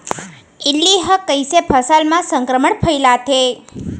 इल्ली ह कइसे फसल म संक्रमण फइलाथे?